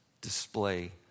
display